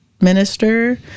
minister